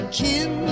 kin